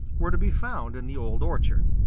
were to be found in the old orchard.